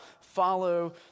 follow